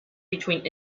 between